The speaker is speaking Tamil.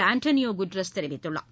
அண்டோனியோ குட்ரஸ் தெரிவித்துள்ளார்